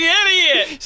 idiot